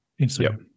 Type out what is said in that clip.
Instagram